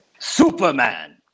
superman